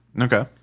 Okay